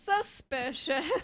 suspicious